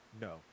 No